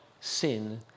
sin